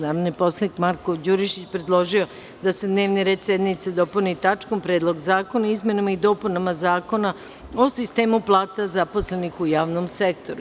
Narodni poslanik Marko Đurišić predložio je da se dnevni red sednice dopuni tačkom – Predlog zakona o izmenama i dopunama Zakona o sistemu plata zaposlenih u javnom sektoru.